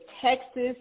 Texas